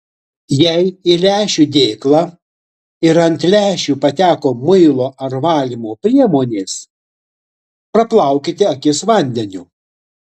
jei į lęšių dėklą ir ant lęšių pateko muilo ar valymo priemonės praplaukite akis vandeniu